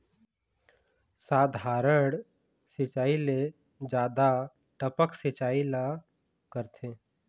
साधारण सिचायी ले जादा टपक सिचायी ला करथे